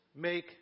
make